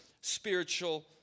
spiritual